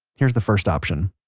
here is the first option.